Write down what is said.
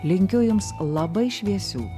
linkiu jums labai šviesių